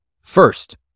First